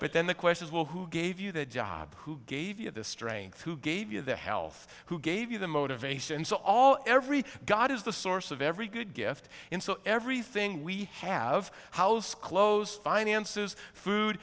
but then the question is will who gave you the job who gave you the strength who gave you the health who gave you the motivation so all every god is the source of every good gift in so everything we have house clothes finances food